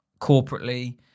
corporately